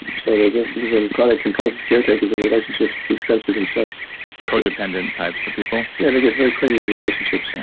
so they get even chronic compulsive caretakers in relationships at the expense of themselves codependent types of people? yeah, they get very clingy in relationships.